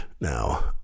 Now